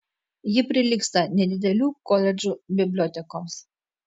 ji prilygsta nedidelių koledžų bibliotekoms